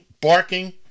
barking